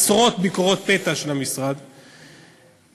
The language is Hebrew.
עשרות ביקורות פתע של המשרד לדיגומים,